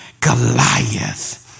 Goliath